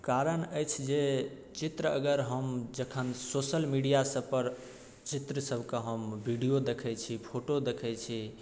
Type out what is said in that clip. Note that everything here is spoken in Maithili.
कारण अछि जे चित्र अगर हम जखन सोशल मीडिया सब पर चित्र सब कऽ हम विडियो देखैत छी फोटो देखैत छी